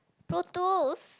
Protos